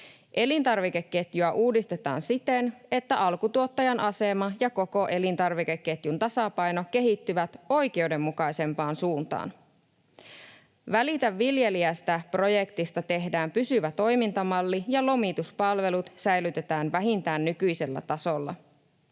Elintarvikeketjua uudistetaan siten, että alkutuottajan asema ja koko elintarvikeketjun tasapaino kehittyvät oikeudenmukaisempaan suuntaan. Välitä viljelijästä ‑projektista tehdään pysyvä toimintamalli ja lomituspalvelut säilytetään vähintään nykyisellä tasolla.